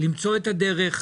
למצוא את הדרך.